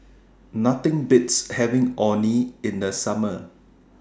Nothing Beats having Orh Nee in The Summer